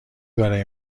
برای